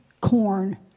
corn